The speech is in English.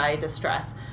distress